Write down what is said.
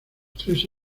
tres